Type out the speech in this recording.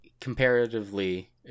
comparatively